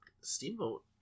Steamboat